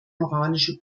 moralische